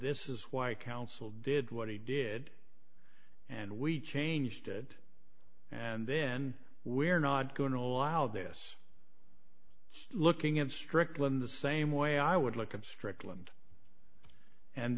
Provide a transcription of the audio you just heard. this is why counsel did what he did and we changed it and then we're not going to allow this looking in strickland the same way i would look at strickland